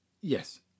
Yes